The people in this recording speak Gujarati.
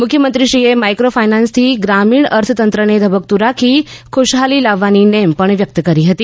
મુખ્યમંત્રીએ માઇક્રોફાઇનાન્સથી ગ્રામીણ અર્થતંત્રને ધબકતુ રાખી ખુશહાલી લાવવાની નેમ પણ વ્યક્ત કરી હતી